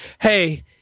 hey